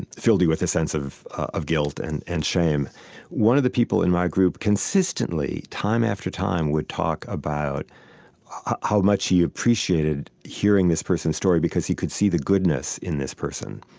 and filled you with a sense of of guilt and and shame one of the people in my group consistently, time after time, would talk about how much he appreciated hearing this person's story, because he could see the goodness in this person.